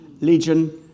Legion